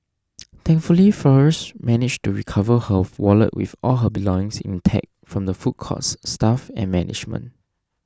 thankfully Flores managed to recover her wallet with all her belongings intact from the food court's staff and management